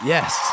Yes